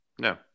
No